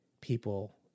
people